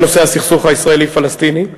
בנושא הסכסוך הישראלי פלסטיני,